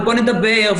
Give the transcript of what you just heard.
ובוא נדבר,